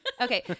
Okay